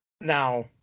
Now